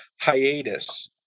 hiatus